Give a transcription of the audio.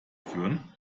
führen